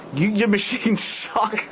your machines suck.